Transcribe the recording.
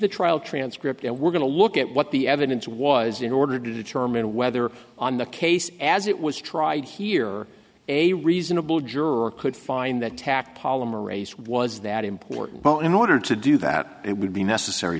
the trial transcript and we're going to look at what the evidence was in order to determine whether on the case as it was tried here a reasonable juror could find that tack polymerase was that important well in order to do that it would be necessary